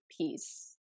peace